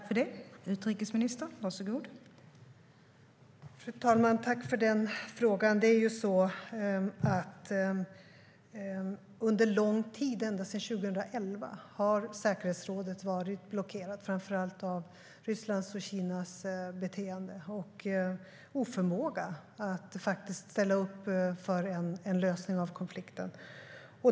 Fru talman! Tack för frågan, Sotiris Delis! Under lång tid, ända sedan 2011, har säkerhetsrådet varit blockerat, framför allt av Rysslands och Kinas beteende och oförmåga att ställa upp på en lösning av konflikten.